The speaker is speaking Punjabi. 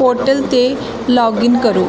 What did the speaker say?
ਪੋਰਟਲ 'ਤੇ ਲੌਗਇਨ ਕਰੋ